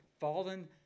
fallen